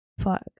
Fuck